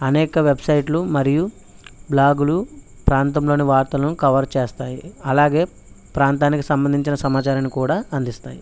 అనేక వెబ్సైట్లు మరియు బ్లాగులు ప్రాంతంలోని వార్తలను కవర్ చేస్తాయి అలాగే ప్రాంతానికి సంబంధించిన సమాచారాన్ని కూడా అందిస్తాయి